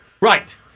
Right